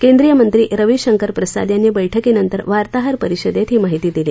केंद्रीय मंत्री रविशंकर प्रसाद यांनी बेठकीनंतर वार्ताहर परिषदेत ही माहिती दिली